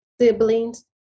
siblings